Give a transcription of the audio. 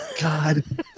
God